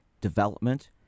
development